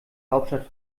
hauptstadt